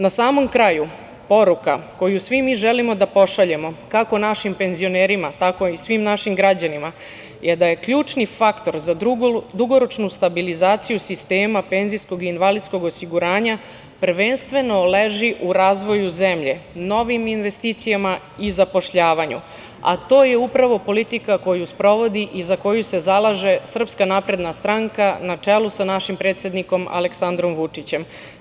Na samom kraju poruku koju svi mi želimo da pošaljemo kako našim penzionerima tako i svim našim građanima je da je ključni faktor za dugoročnu stabilizaciju sistema PIO prvenstveno leži u razvoju zemlje, novim investicijama i zapošljavanju, a to je upravo politika koju sprovodi i za koju se zalaže SNS na čelu sa našim predsednikom Aleksandrom Vučićem.